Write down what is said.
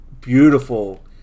beautiful